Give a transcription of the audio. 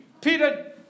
Peter